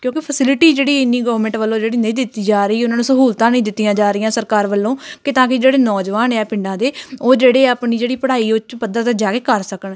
ਕਿਉਂਕਿ ਫੈਸਿਲਿਟੀ ਜਿਹੜੀ ਇੰਨੀ ਗਵਰਮੈਂਟ ਵੱਲੋਂ ਜਿਹੜੀ ਨਹੀਂ ਦਿੱਤੀ ਜਾ ਰਹੀ ਉਹਨਾਂ ਨੂੰ ਸਹੂਲਤਾਂ ਨਹੀਂ ਦਿੱਤੀਆਂ ਜਾ ਰਹੀਆਂ ਸਰਕਾਰ ਵੱਲੋਂ ਕਿ ਤਾਂ ਕਿ ਜਿਹੜੇ ਨੌਜਵਾਨ ਆ ਪਿੰਡਾਂ ਦੇ ਉਹ ਜਿਹੜੇ ਆਪਣੀ ਜਿਹੜੀ ਪੜ੍ਹਾਈ ਉੱਚ ਪੱਧਰ 'ਤੇ ਜਾ ਕੇ ਕਰ ਸਕਣ